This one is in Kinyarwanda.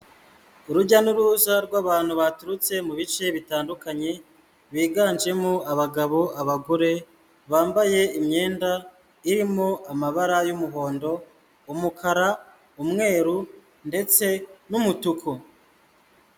Urujya n'uruza rw'abantu baturutse mu bice bitandukanye, biganjemo abagabo, abagore, bambaye imyenda irimo amabara y'umuhondo, umukara, umweru ndetse n'umutuku.